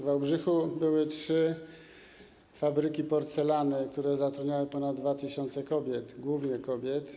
W Wałbrzychu były trzy fabryki porcelany, które zatrudniały ponad 2 tys. kobiet, głównie kobiet.